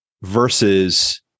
versus